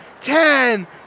ten